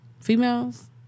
females